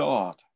God